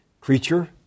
creature